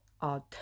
odd